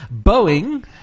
Boeing